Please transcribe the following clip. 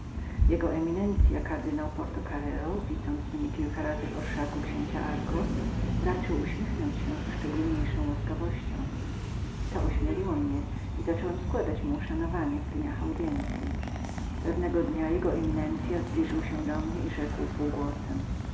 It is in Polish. jego eminencya kardynał porto careiro widząc mnie kilka razy w orszaku księcia darcos raczył uśmiechnąć się ze szczególniejszą łaskawością to ośmieliło mnie do składania mu mego uszanowania w dniach posłuchalnych pewnego dnia jego eminencya zbliżyła się ku mnie i rzekła półgłosem